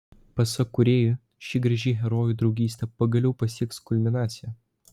pasak kūrėjų ši graži herojų draugystė pagaliau pasieks kulminaciją